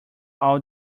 all